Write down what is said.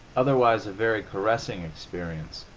otherwise a very caressing experience,